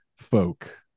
folk